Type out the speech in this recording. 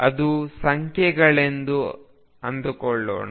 ಅವು ಸಂಖ್ಯೆಗಳೆಂದು ಅಂದುಕೊಳ್ಳೋಣ